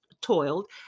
Toiled